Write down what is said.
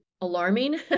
alarming